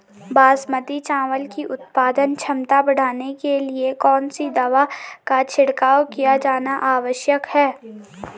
बासमती चावल की उत्पादन क्षमता बढ़ाने के लिए कौन सी दवा का छिड़काव किया जाना आवश्यक है?